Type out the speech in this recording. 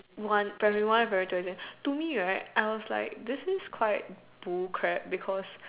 one primary one primary two exams to me right I was like this is quite Bull crap because